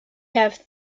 have